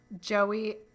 Joey